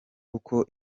uko